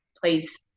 please